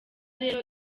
rero